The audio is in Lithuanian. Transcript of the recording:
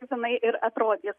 jinai ir atrodys